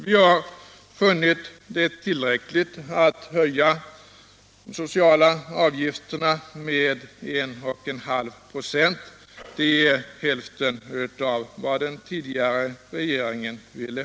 Vi har funnit det tillräckligt att höja de sociala avgifterna med 1,5 96, vilket är hälften av vad den förra regeringen föreslog.